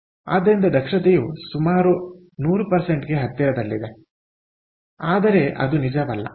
ಆದ್ದರಿಂದ ದಕ್ಷತೆಯು ಸುಮಾರು 100ಗೆ ಹತ್ತಿರದಲ್ಲಿದೆ ಆದರೆ ಅದು ನಿಜವಲ್ಲ